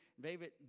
David